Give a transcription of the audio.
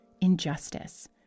injustice